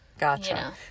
Gotcha